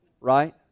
Right